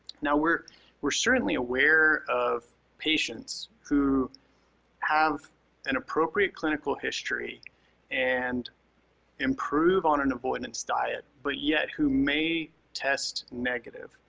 now, we're we're certainly aware of patients who have an appropriate clinical history and improve on an avoidance diet, but yet who may test negative.